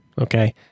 okay